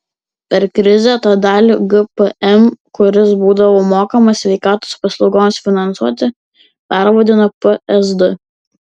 per krizę tą dalį gpm kuris būdavo mokamas sveikatos paslaugoms finansuoti pervadino psd